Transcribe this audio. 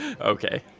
okay